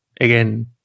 again